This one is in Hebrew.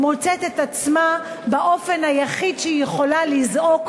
מוצאת את עצמה באופן היחיד שהיא יכולה לזעוק,